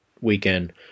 weekend